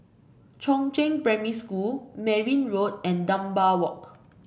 Chongzheng Primary School Merryn Road and Dunbar Walk